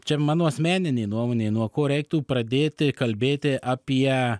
čia mano asmeninei nuomonei nuo ko reiktų pradėti kalbėti apie